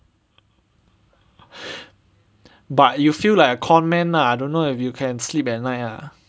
but you feel like a con man lah I don't know if you can sleep at night lah